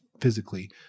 physically